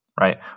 right